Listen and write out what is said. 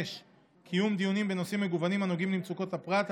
6. קיום דיונים בנושאים מגוונים הנוגעים למצוקות הפרט,